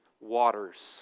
waters